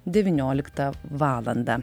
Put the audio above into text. devynioliktą valandą